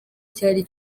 cyari